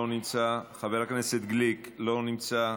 לא נמצא, חבר הכנסת גליק, לא נמצא,